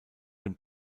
dem